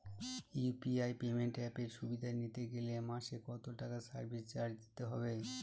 UPI payment অ্যাপের সুবিধা নিতে গেলে মাসে কত টাকা সার্ভিস চার্জ দিতে হবে?